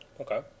Okay